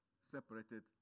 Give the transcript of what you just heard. separated